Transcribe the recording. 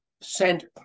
sent